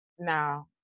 Now